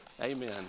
amen